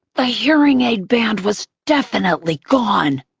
the hearing aid band was definitely gone.